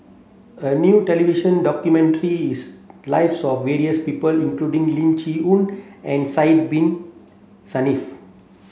a new television documented the lives of various people including Lim Chee Onn and Sidek Bin Saniff